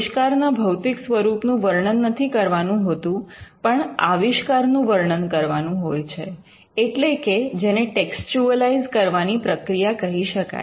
આવિષ્કારના ભૌતિક સ્વરૂપનું વર્ણન નથી કરવાનું હોતું પણ આવિષ્કારનું વર્ણન કરવાનું હોય છે એટલે કે જેને ટેક્સચ્યુઅલાઇઝ કરવાની પ્રક્રિયા કહી શકાય